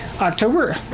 October